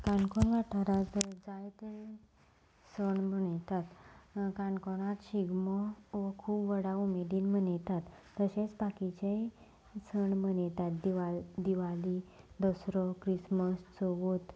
काणकोण वाठारांत जायते सण मनयता काणकोणांत शिगमो हो खूब व्हडा उमेदीन मनयतात तशेंच बाकीचेय सण मनयतात दिवा दिवाली दसरो क्रिसमस चवथ